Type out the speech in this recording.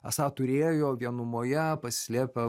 esą turėjo vienumoje pasislėpę